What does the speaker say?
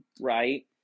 right